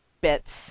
bits